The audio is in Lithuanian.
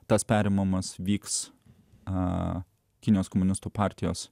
tas perimamas vyks a kinijos komunistų partijos